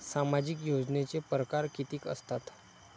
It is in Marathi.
सामाजिक योजनेचे परकार कितीक असतात?